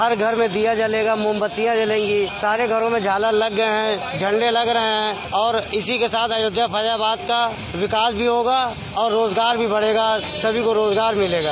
हर घर में दीया जलेगा मोमबत्तियां जलेंगी सारे घरों में झालर लग गये हैं झंडे लग रहे हैं और इसी के साथ अयोध्या और फैजाबाद का विकास भी होगा और रोजगार भी बढ़ेगा सभी को रोजगार मिलेगा